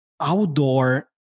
outdoor